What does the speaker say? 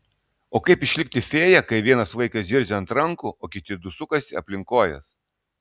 o kaip išlikti fėja kai vienas vaikas zirzia ant rankų o kiti du sukasi aplink kojas